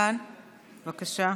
בבקשה.